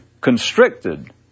constricted